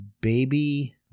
baby